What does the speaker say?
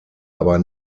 aber